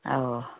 ꯑꯧ